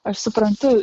aš suprantu